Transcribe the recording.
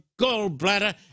gallbladder